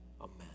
Amen